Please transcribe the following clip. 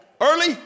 early